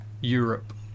Europe